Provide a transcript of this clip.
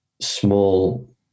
small